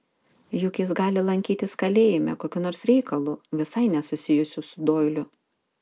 juk jis gali lankytis kalėjime kokiu nors reikalu visai nesusijusiu su doiliu